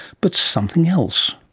but something else.